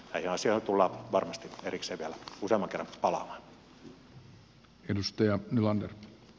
näihin asioihin tullaan varmasti erikseen vielä useamman kerran palaamaan